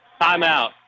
Timeout